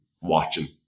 watching